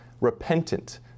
repentant